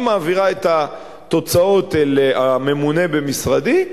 היא מעבירה את התוצאות אל הממונה במשרדי,